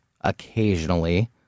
occasionally